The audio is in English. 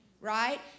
right